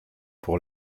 pour